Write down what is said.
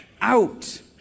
out